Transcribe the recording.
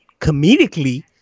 comedically